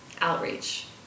outreach